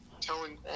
telling